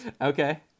Okay